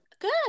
Good